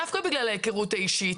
דווקא בגלל ההיכרות האישית.